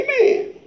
Amen